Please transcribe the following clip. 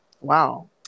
Wow